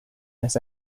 this